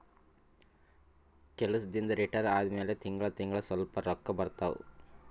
ಕೆಲ್ಸದಿಂದ್ retire ಆದಮ್ಯಾಲ ತಿಂಗಳಾ ತಿಂಗಳಾ ಸ್ವಲ್ಪ ರೊಕ್ಕಾ ಬರ್ತಾವ